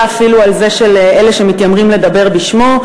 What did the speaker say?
אפילו על זו של אלו שמתיימרים לדבר בשמו,